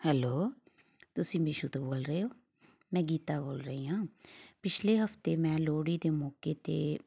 hello ਤੁਸੀਂ Meesho ਤੋਂ ਬੋਲ ਰਹੇ ਹੋ ਮੈਂ ਗੀਤਾ ਬੋਲ ਰਹੀ ਹਾਂ ਪਿਛਲੇ ਹਫ਼ਤੇ ਮੈਂ ਲੋਹੜੀ ਦੇ ਮੌਕੇ 'ਤੇ